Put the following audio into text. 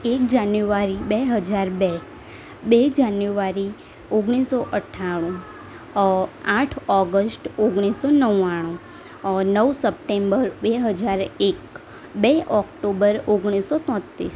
એક જાન્યુવારી બે હજાર બે બે જાન્યુવારી ઓગણીસસો અઠાણું આઠ ઓગષ્ટ ઓગણીસસો નવાણું નવ સપ્ટેમ્બર બે હજાર એક બે ઓકટોબર ઓગણીસસો તોંતેર